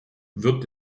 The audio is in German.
wird